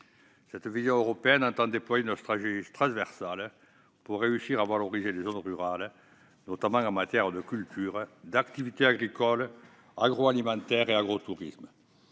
Cette vision européenne tend à déployer une stratégie transversale pour réussir à valoriser les zones rurales, notamment en matière de culture, d'activité agricole, d'agroalimentaire et d'agrotourisme.